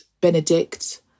Benedict